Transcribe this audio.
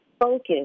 focus